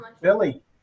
Billy